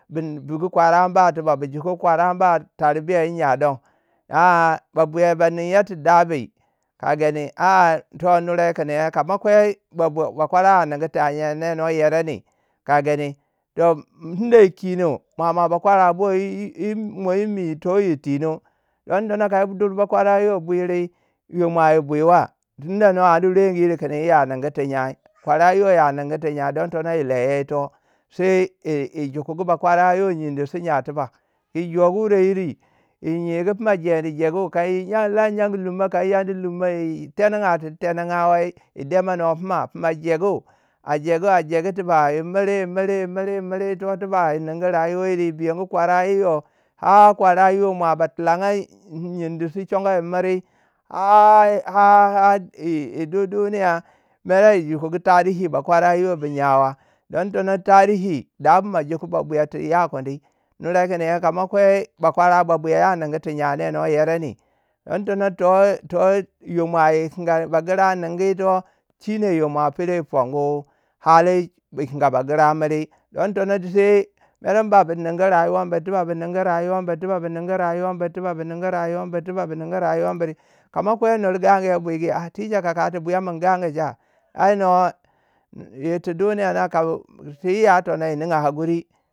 Bi bigu kwaranba tiba. bu jokungu bakwara ma tarbiya yi nya don a- a ba buya ba ninya ti dabui ka gani. a- a toh nure. kun yen ka mo nare kama kwai bakwara ningu ta irne no yereni kagani, toh kinon muamua bakwarabo. yi- yi- yi mo. yi mi. toh yir tinon. Don tono ka yi dur bakwara yo bwirui yoma yi bwuiwa. ya ningi ti nyai. kwara yo ya ningu ti nyai. don tono yi leya yito sai yi- yi jokungu bakwara yo yindi si nya tiba. yi jouwure yiri yinyigu pima jendi jeku. Ka yi yana lumo ka andi lummo, yi tenaga tu tenangawei, yi demano fina. pima jegu a jegu a jegu tiba. yimiri yimiri yimiri yi miri ito tiba yi ningu rayuwa yir. yi buyanu kwara yiyo. har kwara yiyo mwa ba tilanga nyendi si chongu yi miri. kar- ha- ha yi dui duniya, mere yi jokungu tarihi bakwara yiro bu nyawa. don tono tarihi dabu majokugu babuya ti ya kwindi. nure kun yen kama kwei bakwara. babuya ya nin ti nya ne, no yerandui. don tono to- to- to yo ma yi kinga bagrai ningu yito. shinne yo ma pero yi pongu hali buiyikinga bagrai miri. Don tono sai. mer ba bu ningu rayuwa bur tiba bu ningu rayuwa bur tiba bu ningu rayuwa bur tiba bu ningu rayuwa buri tiba bu ningu rayuwa buri. Ka ma kwei nur gangu yo bwuigi. aa ticha ka kau. ti buyamun gangu cha?ai no yiti duniya na kabu. ti yi ya tono. yi ninga hakuri.